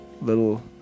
little